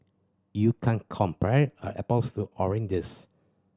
you can't compare a apples to oranges